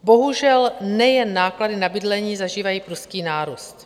Bohužel, nejen náklady na bydlení zažívají prudký nárůst.